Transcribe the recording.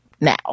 now